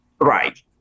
Right